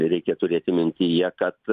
reikia turėti mintyje kad